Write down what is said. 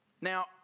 Now